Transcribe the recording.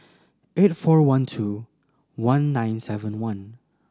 eight four one two one nine seven one